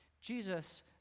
Jesus